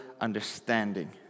understanding